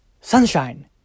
sunshine